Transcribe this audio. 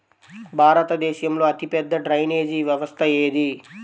భారతదేశంలో అతిపెద్ద డ్రైనేజీ వ్యవస్థ ఏది?